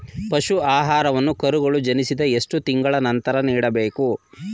ಪಶು ಆಹಾರವನ್ನು ಕರುಗಳು ಜನಿಸಿದ ಎಷ್ಟು ತಿಂಗಳ ನಂತರ ನೀಡಬೇಕು?